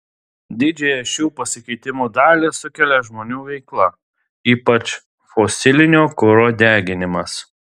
didžiąją šių pasikeitimų dalį sukelia žmonių veikla ypač fosilinio kuro deginimas